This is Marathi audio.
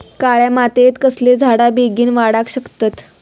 काळ्या मातयेत कसले झाडा बेगीन वाडाक शकतत?